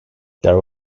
there